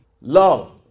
Love